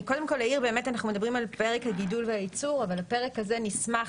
אנחנו מדברים על פרק גידול וייצור אבל הפרק הזה נסמך,